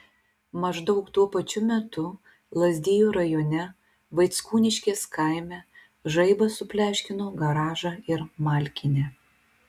maždaug tuo pačiu metu lazdijų rajone vaickūniškės kaime žaibas supleškino garažą ir malkinę